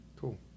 Cool